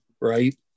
right